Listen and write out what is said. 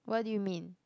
what do you mean